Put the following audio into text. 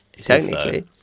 technically